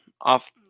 off